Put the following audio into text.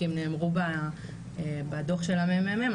כי הם נאמרו בדו"ח של הממ"מ,